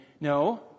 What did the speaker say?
No